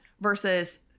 versus